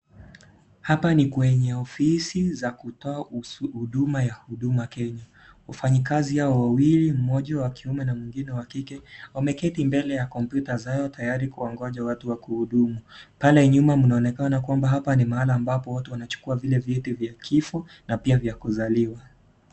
Hapa ni kwenye ofisi za kutoa huduma ya Huduma Kenya. Wafanyikazi hawa wawili, moja wa kiume na mwingine wa kike, wameketi mbele ya kompyuta zao tayari kungoja watu wa kuhudumu. Pale nyuma mnaonekana kwamba hapa ni mahali ambapo watu wanachukuwa vile vyeti vya kifo na vya kuzaliwa.